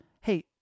Hey